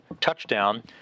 touchdown